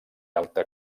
alta